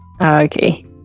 Okay